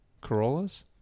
Corollas